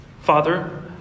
Father